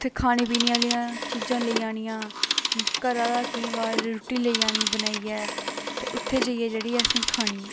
उत्थै खााने पीने आह्लियां चीजां लेई जानियां घरै दा केईं बार रुट्टी लेई जानी बनाइयै ते उत्थै जाइयै केईं बारी असें खानी